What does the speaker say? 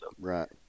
right